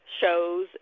shows